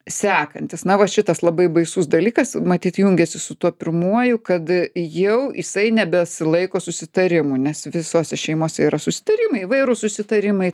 sekantis na va šitas labai baisus dalykas matyt jungiasi su tuo pirmuoju kad jau jisai nebesilaiko susitarimų nes visose šeimose yra susitarimai įvairūs susitarimai